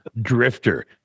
drifter